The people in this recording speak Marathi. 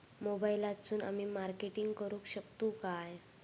मोबाईलातसून आमी मार्केटिंग करूक शकतू काय?